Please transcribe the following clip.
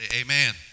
amen